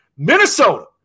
Minnesota